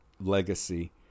legacy